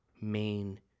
main